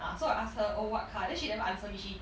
ah so I ask her oh what car then she never answer me she